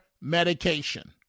medication